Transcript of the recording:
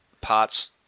parts